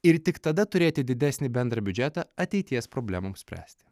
ir tik tada turėti didesnį bendrą biudžetą ateities problemoms spręsti